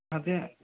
అదే